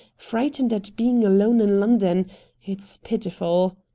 frightened at being alone in london it's pitiful.